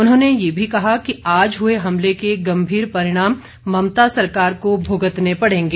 उन्होंने ये भी कहा कि आज हुए हमले के गंभीर परिणाम ममता सरकार को भुगतने पड़ेंगे